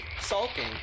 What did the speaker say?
sulking